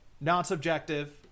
non-subjective